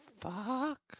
fuck